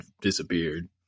disappeared